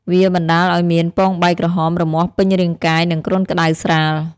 វាបណ្តាលឱ្យមានពងបែកក្រហមរមាស់ពេញរាងកាយ និងគ្រុនក្តៅស្រាល។